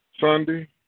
Sunday